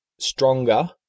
stronger